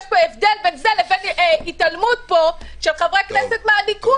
יש הבדל בין זה לבין התעלמות פה של חברי כנסת מהליכוד,